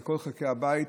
בכל חלקי הבית,